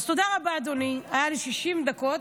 תודה רבה, אדוני, היו לי 60 דקות,